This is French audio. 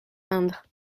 indre